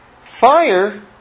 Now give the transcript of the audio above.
Fire